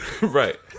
Right